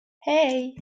hey